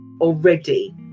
already